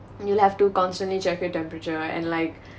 you have to constantly check your temperature and like